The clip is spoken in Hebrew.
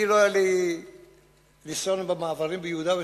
אני לא היה לי ניסיון במעברים ביהודה ושומרון,